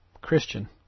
Christian